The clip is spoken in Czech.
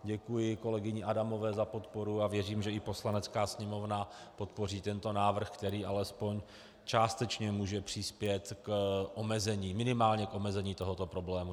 Děkuji kolegyni Adamové za podporu a věřím, že i Poslanecká sněmovna podpoří tento návrh, který alespoň částečně může přispět minimálně k omezení tohoto problému.